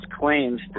claims